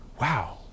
wow